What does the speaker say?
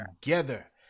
together